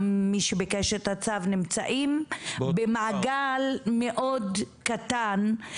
מי שבקשת הצו נמצאים במעגל מאוד קטן,